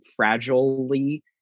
fragilely